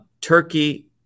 Turkey